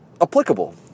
applicable